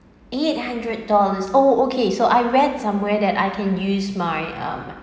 eight hundred dollars oh okay so I read somewhere that I can use my um